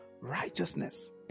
Righteousness